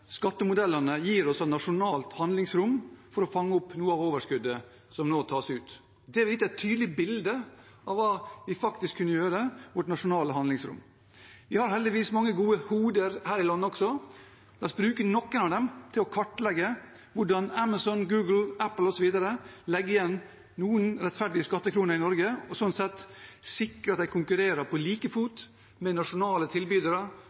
skattemodellene gir oss av nasjonalt handlingsrom for å fange opp noe av overskuddet som nå tas ut. Det ville gitt et tydelig bilde av hva vi faktisk kunne gjøre, vårt nasjonale handlingsrom. Vi har heldigvis mange gode hoder her i landet også. La oss bruke noen av dem til å kartlegge hvordan Amazon, Google, Apple osv. legger igjen noen rettferdige skattekroner i Norge og sånn sett sikrer at de konkurrerer på like fot med nasjonale tilbydere,